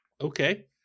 okay